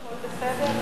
הכול בסדר?